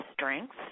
strengths